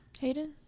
hayden